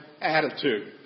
attitude